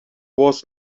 was